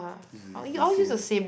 it's it's the same